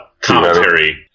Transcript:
Commentary